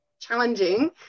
challenging